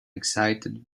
excited